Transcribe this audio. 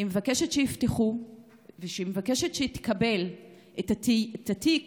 היא מבקשת שיפתחו והיא מבקשת לקבל את תיק